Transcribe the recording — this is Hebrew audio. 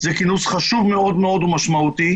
זה כינוס חשוב מאוד מאוד ומשמעותי.